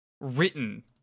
written